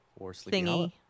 thingy